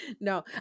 No